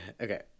Okay